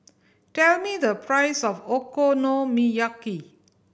tell me the price of Okonomiyaki